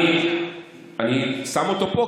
אני שם אותו פה,